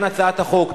לכן הצעת החוק,